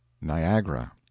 Niagara